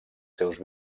seus